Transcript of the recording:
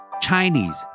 Chinese